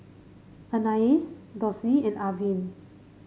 Anais Dossie and Arvin